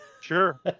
Sure